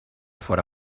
fóra